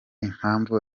impamvu